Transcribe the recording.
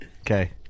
Okay